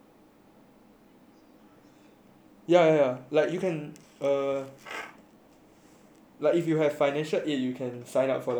ya ya ya like you can uh like if you have financial aid you can sign up for like a news letter